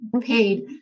paid